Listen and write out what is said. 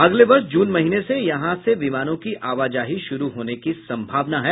अगले वर्ष जून महीने से यहां से विमानों की आवाजाही शुरू होने की संभावना है